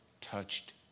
touched